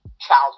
child